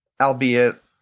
albeit